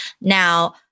now